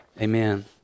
Amen